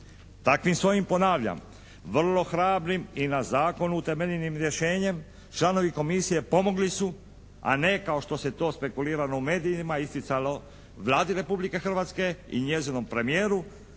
Takvim svojim, ponavljam, vrlo hrabrim i na zakonu utemeljenim rješenjem, članovi komisije pomogli su, a ne kako se to spekuliralo u medijima isticalo Vladi Republike Hrvatske i njezinom premijeru